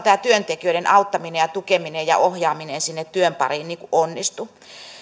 tämä työntekijöiden auttaminen tukeminen ja ohjaaminen sinne työn pariin onnistu